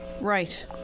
Right